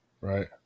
Right